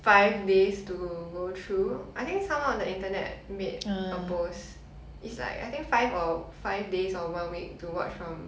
five days to go through I think someone on the internet made a post it's like I think five or~ five days or one week to watch from